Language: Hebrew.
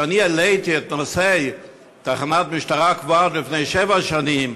כשאני העליתי את הנושא של תחנת משטרה קבועה לפני שבע שנים,